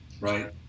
right